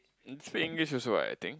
they speak English also what I think